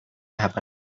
happen